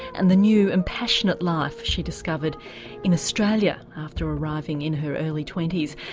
and the new and passionate life she discovered in australia after arriving in her early twenty s.